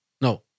No